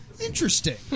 Interesting